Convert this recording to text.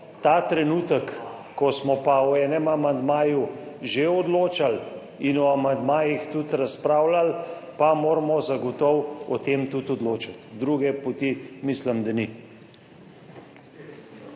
Ta trenutek, ko smo o enem amandmaju že odločali in o amandmajih tudi razpravljali, pa moramo zagotovo o tem tudi odločati. Druge poti mislim, da ni.